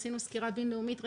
עשינו סקירה בינלאומית רחבה,